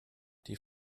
die